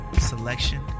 selection